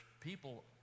People